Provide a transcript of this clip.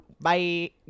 Bye